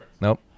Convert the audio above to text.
Nope